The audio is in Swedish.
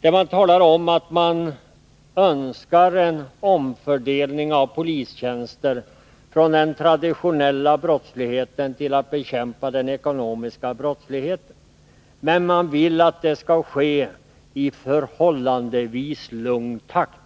där man talar om att man önskar en omfördelning av polistjänster från att bekämpa den traditionella brottsligheten till att bekämpa den ekonomiska brottsligheten. Men man vill att det skall ske ”i förhållandevis lugn takt”.